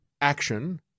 action